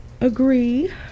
agree